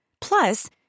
Plus